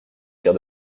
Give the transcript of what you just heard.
tire